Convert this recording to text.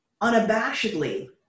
unabashedly